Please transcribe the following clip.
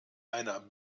einer